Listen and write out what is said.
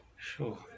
Sure